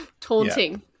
Taunting